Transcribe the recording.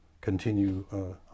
continue